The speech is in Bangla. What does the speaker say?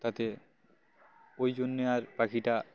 তাতে ওই জন্যে আর পাখিটা